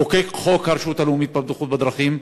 לחוקק חוק הרשות הלאומית לבטיחות בדרכים,